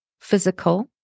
physical